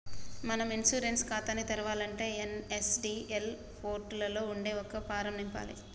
మనం ఇన్సూరెన్స్ ఖాతాని తెరవాలంటే ఎన్.ఎస్.డి.ఎల్ పోర్టులలో ఉండే ఒక ఫారం ను నింపాలి